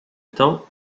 temps